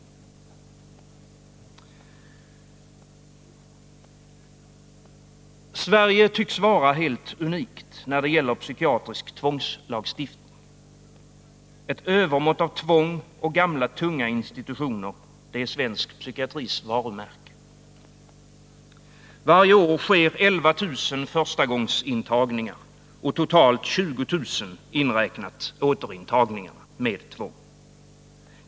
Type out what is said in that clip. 75 Sverige tycks vara helt unikt när det gäller psykiatrisk tvångslagstiftning. Ett övermått av tvång och gamla tunga institutioner, det är svensk psykiatris varumärke. Varje år sker 11 000 förstagångsintagningar och totalt 20 000, återintagningar inräknat, med tvång.